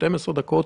12 דקות.